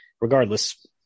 regardless